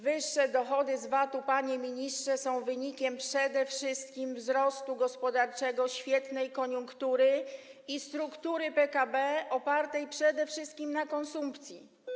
Wyższe dochody z VAT-u, panie ministrze, są wynikiem przede wszystkim wzrostu gospodarczego, świetnej koniunktury i struktury PKB opartej przede wszystkim na konsumpcji.